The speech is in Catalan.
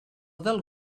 del